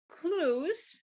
clues